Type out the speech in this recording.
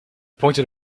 pointed